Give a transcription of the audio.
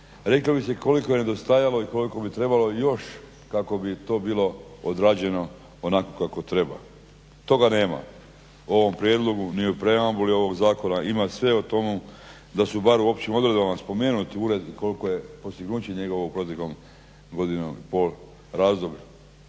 reklo bi se koliko je nedostajalo i koliko bi trebalo još kako bi to bilo odrađeno onako kako treba. Toga nema u ovom prijedlogu ni u preambuli ovog zakona. Ima sve o tome, da su bar u općim odredbama spomenuti ured i koliko je postignuće njegovo u protekloj godini i pol, ja